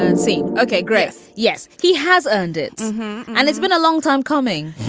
and see? ok, grace. yes, he has earned it and it's been a long time coming